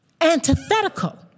antithetical